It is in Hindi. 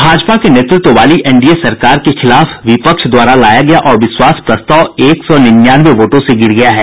भाजपा के नेतृत्व वाली एनडीए सरकार के खिलाफ विपक्ष द्वारा लाया गया अविश्वास प्रस्ताव एक सौ निन्यानवे वोटों से गिर गया है